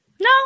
No